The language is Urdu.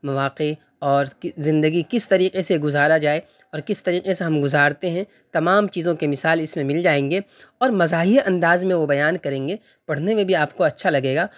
مواقع اور کہ زندگی کس طریقے سے گزارا جائے اور کس طریقے سے ہم گزارتے ہیں تمام چیزوں کے مثال اس میں مل جائیں گے اور مزاحیہ انداز میں وہ بیان کریں گے پڑھنے میں بھی آپ کو اچھا لگے گا